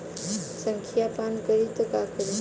संखिया पान करी त का करी?